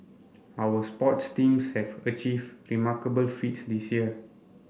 our sports teams have achieved remarkable feats this year